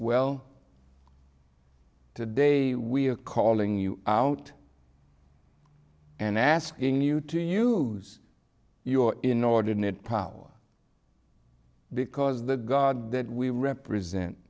well today we are calling you out and asking you to use your inordinate power because the god that we represent